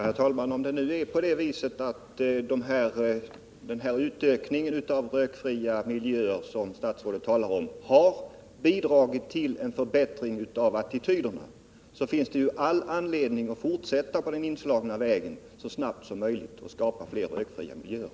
Herr talman! Om det nu är så att utökningen av rökfria miljöer, som statsrådet talar om, har bidragit till en förbättring av attityderna, så finns det ju all anledning att fortsätta på den inslagna vägen så snabbt som möjligt och skapa fler rökfria miljöer.